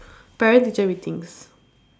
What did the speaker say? parent teacher meetings